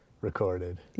recorded